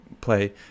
play